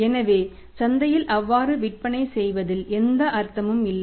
எனவே சந்தையில் அவ்வாறு விற்பனை செய்வதில் எந்த அர்த்தமும் இல்லை